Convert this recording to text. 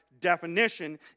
Definition